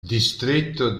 distretto